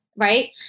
Right